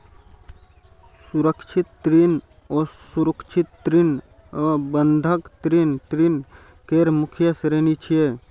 सुरक्षित ऋण, असुरक्षित ऋण आ बंधक ऋण ऋण केर मुख्य श्रेणी छियै